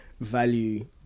value